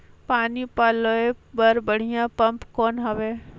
पानी पलोय बर बढ़िया पम्प कौन हवय?